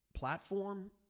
platform